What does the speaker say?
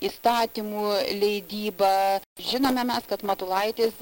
įstatymų leidybą žinome mes kad matulaitis